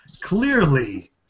clearly